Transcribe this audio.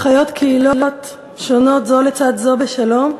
שבה חיות קהילות שונות זו לצד זו בשלום,